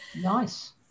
Nice